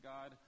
God